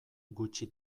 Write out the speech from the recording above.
gutxi